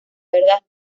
verdad